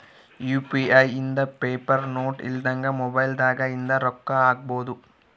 UPI ಇಂದ paper note ಇಲ್ದಂಗ mobile ದಾಗ ಇಂದ ರೊಕ್ಕ ಹಕ್ಬೊದು